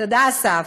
תודה, אסף.